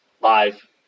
live